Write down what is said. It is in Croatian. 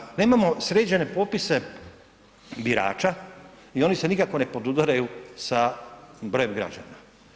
Onda mi nemamo sređene popise birača i oni se nikako ne podudaraju sa brojem građana.